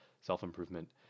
self-improvement